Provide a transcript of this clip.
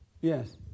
Yes